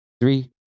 Three